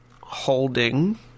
holding